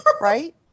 right